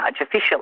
officially